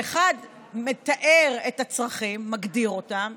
1. שמתאר את הצרכים ומגדיר אותם,